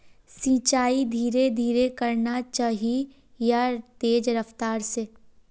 सिंचाई धीरे धीरे करना चही या तेज रफ्तार से?